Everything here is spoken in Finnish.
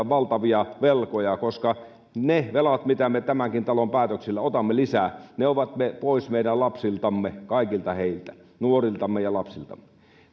valtavia velkoja koska ne velat mitä me tämänkin talon päätöksillä otamme lisää ne ovat pois meidän lapsiltamme kaikilta heiltä nuoriltamme ja lapsiltamme